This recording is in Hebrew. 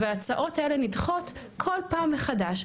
וההצעות האלה נדחות כל פעם מחדש,